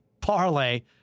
parlay